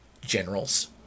generals